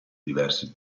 diverse